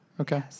Okay